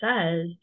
says